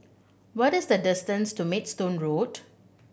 what is the distance to Maidstone Road